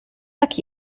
tak